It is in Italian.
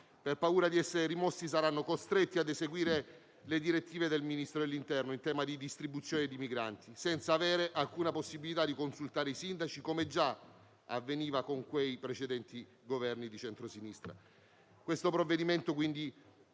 per paura di essere rimossi, saranno costretti a eseguire le direttive del Ministro dell'interno in tema di distribuzione di migranti, senza avere alcuna possibilità di consultare i sindaci, come già avveniva con quei precedenti Governi di centrosinistra.